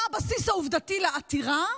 מה הבסיס העובדתי לעתירה?